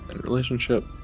relationship